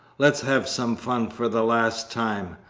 let's have some fun for the last time.